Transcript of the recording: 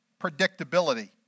predictability